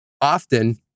often